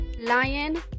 lion